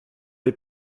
les